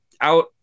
out